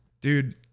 dude